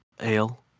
ale